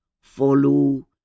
follow